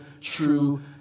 true